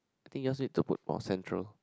I think yours need to put more central